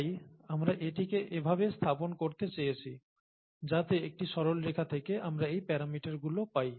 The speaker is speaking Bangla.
তাই আমরা এটিকে এভাবে স্থাপন করতে চেয়েছি যাতে একটি সরলরেখা থেকে আমরা এই প্যারামিটারগুলো পাই